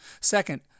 Second